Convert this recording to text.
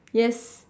yes